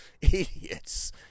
Idiots